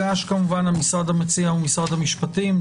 המשרד המציע הוא משרד המשפטים,